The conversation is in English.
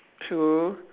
true